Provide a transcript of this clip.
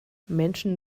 menschen